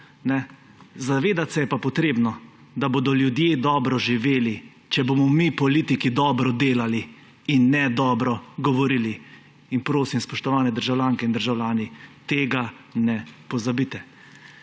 Zavedati se je pa treba, da bodo ljudje dobro živeli, če bomo mi politiki dobro delali in ne dobro govorili. In prosim, spoštovani državljanke in državljani, tega ne pozabite.